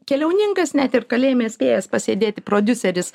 keliauninkas net ir kalėjime spėjęs pasėdėti prodiuseris